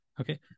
Okay